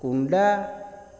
କୁଣ୍ଡା